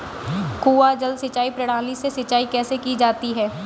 कुआँ जल सिंचाई प्रणाली से सिंचाई कैसे की जाती है?